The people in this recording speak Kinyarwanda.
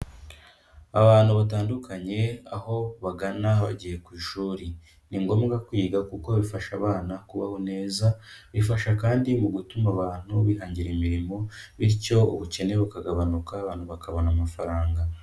Abantu batandukanye aho bagana bagiye ku ishuri, ni ngombwa kwiga kuko bifasha abana kubaho neza, bifasha kandi mu gutuma abantu bihangira imirimo bityo ubukene bukagabanuka abantu bakabona amafaranga.